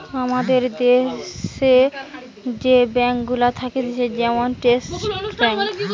আমাদের দ্যাশে যে ব্যাঙ্ক গুলা থাকতিছে যেমন স্টেট ব্যাঙ্ক